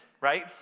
right